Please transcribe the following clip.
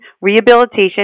rehabilitation